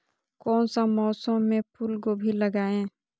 कौन सा मौसम में फूलगोभी लगाए?